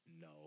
No